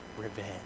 revenge